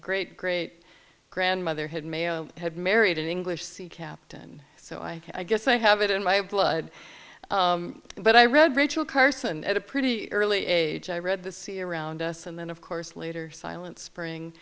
great great grandmother had may have married an english sea captain so i guess i have it in my blood but i read rachel carson at a pretty early age i read the see around us and then of course later silent spring